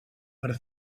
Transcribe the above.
per